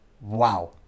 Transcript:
Wow